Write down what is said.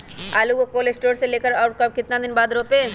आलु को cold store से ले के कब और कितना दिन बाद रोपे?